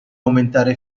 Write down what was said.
aumentare